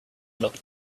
looked